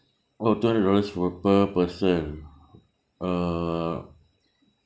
oh two hundred dollars for per person uh